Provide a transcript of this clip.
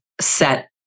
set